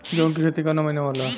गेहूँ के खेती कवना महीना में होला?